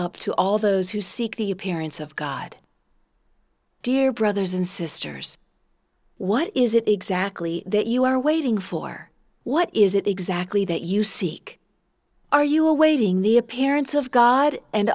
up to all those who seek the appearance of god dear brothers and sisters what is it exactly that you are waiting for what is it exactly that you seek are you awaiting the appearance of god and